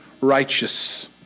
righteous